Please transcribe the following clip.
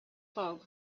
fog